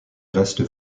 restes